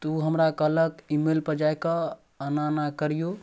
तऽ ओ हमरा कहलक ईमेल पर जाय कऽ अना अना करिऔ